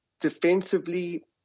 defensively